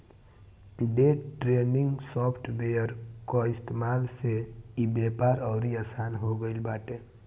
day trading software कअ इस्तेमाल से इ व्यापार अउरी आसन हो गिल बाटे